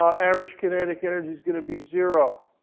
ah average kinetic energy is going to be zero.